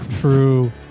True